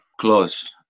close